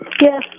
Yes